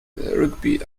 rugby